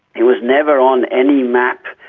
it was never on any map.